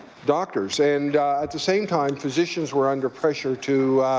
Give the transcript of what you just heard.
doctors. and at the same time physicians were under pressure to